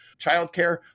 Childcare